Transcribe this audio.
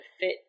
fit